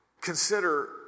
Consider